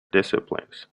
disciplines